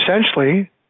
essentially